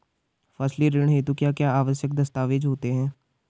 फसली ऋण हेतु क्या क्या आवश्यक दस्तावेज़ होते हैं?